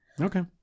Okay